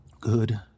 Good